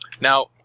Now